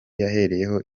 yahereyeho